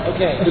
Okay